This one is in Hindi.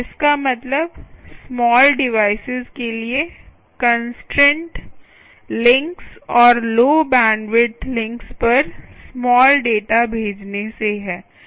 इसका मतलब स्माल डिवाईसेज़ के लिए कन्सट्रैन्ट लिंक्स और लौ बैंडविड्थ लिंक्स पर स्माल डाटा भेजने से है